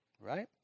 right